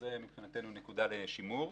וזו מבחינתנו נקודה לשימור.